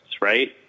right